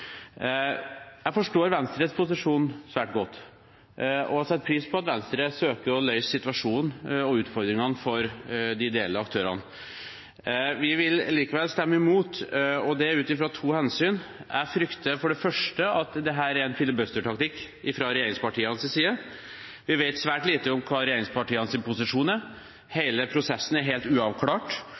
Jeg forstår Venstres posisjon svært godt, og jeg setter pris på at Venstre søker å løse situasjonen og utfordringene for de ideelle aktørene. Vi vil likevel stemme imot, og det utfra to hensyn: Jeg frykter for det første at dette er en filibustertaktikk fra regjeringspartienes side. Vi vet svært lite om hva regjeringspartienes posisjon er. Hele prosessen er helt uavklart,